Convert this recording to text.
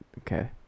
Okay